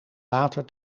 water